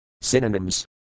Synonyms